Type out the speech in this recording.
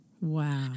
Wow